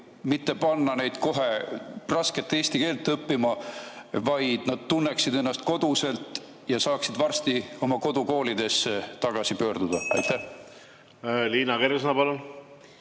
mitte panna neid kohe rasket eesti keelt õppima, vaid [teha nii, et] nad tunneksid ennast koduselt ja saaksid varsti oma kodukoolidesse tagasi pöörduda? Liina Kersna, palun!